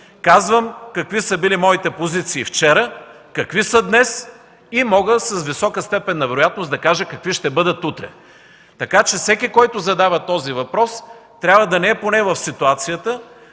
Казвам какви са били моите позиции вчера, какви са днес и мога с висока степен на вероятност да кажа какви ще бъдат утре. Така че всеки, който задава този въпрос, трябва да не е поне в ситуацията